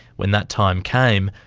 when that time came,